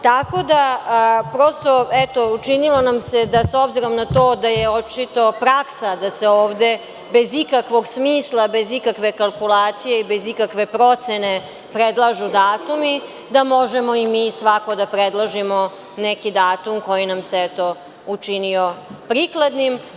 Tako da, prosto eto učinilo nam se da s obzirom na to da je očito praksa da se ovde bez ikakvog smisla, bez ikakve kalkulacije i bez ikakve procene predlažu datumi, da možemo i mi, svako da predloži neki datum koji nam se učinio prikladnim.